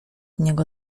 niego